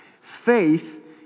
Faith